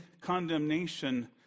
condemnation